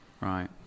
Right